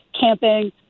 camping